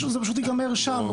זה פשוט ייגמר שם.